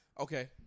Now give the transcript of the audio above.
Okay